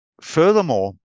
Furthermore